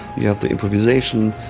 you have the improvisation,